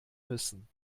müssen